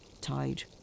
tied